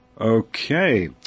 Okay